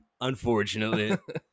unfortunately